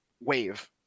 wave